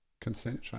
consent